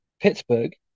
Pittsburgh